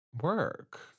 Work